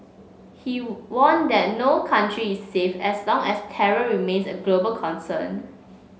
he warned that no country is safe as long as terror remains a global concern